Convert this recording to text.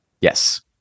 Yes